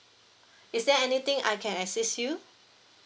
is there anything I can assist you